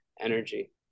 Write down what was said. energy